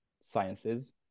sciences